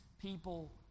people